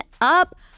up